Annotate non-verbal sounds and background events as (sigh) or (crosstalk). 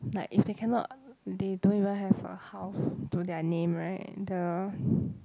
like if they cannot they don't even have a house to their name right the (breath)